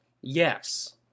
Yes